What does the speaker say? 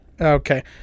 Okay